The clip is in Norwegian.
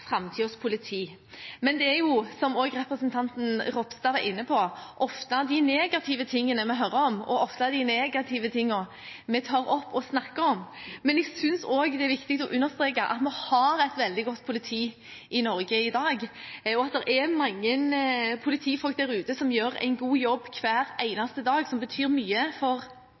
politi. Det er jo, som også representanten Ropstad var inne på, ofte de negative tingene vi hører om, og ofte de negative tingene vi tar opp og snakker om. Jeg synes også det er viktig å understreke at vi har et veldig godt politi i Norge i dag, og at det er mange politifolk der ute som gjør en god jobb hver